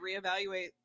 reevaluate